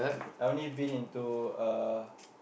I only been into uh